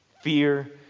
Fear